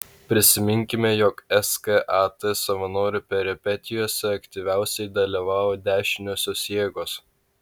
prisiminkime jog skat savanorių peripetijose aktyviausiai dalyvavo dešiniosios jėgos